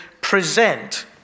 present